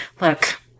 look